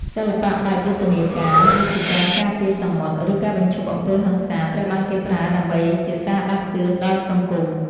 សិល្បៈបែបយុទ្ធនាការ ដូចជាការការពារសមុទ្រ ឬការបញ្ឈប់អំពើហិង្សា ត្រូវបានគេប្រើដើម្បីជាសារដាស់តឿនដល់សង្គម។